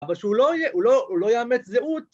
‫אבל שהוא לא, הוא לא יאמץ זהות.